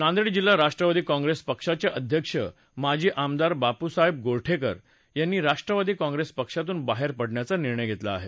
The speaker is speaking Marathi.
नांदेड जिल्हा राष्ट्रवादी काँप्रेस पक्षाचे अध्यक्ष माजी आमदार बापूसाहेब गोरठेकर यांनी राष्ट्रवादी काँप्रेस पक्षातून बाहेर पडण्याचा निर्णय घेतला आहे